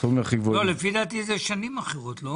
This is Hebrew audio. לפי דעתי אלה שנים אחרות.